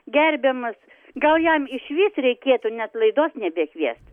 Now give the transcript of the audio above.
gerbiamas gal jam išvis reikėtų net laidos nebekviest